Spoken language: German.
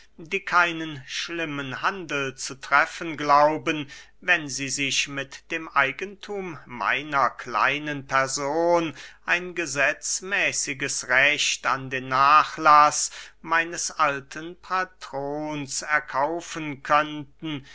die keinen schlimmen handel zu treffen glauben wenn sie sich mit dem eigenthum meiner kleinen person ein gesetzmäßiges recht zu dem nachlaß meines alten patrons erkaufen könnten